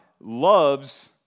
loves